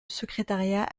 secrétariat